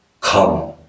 come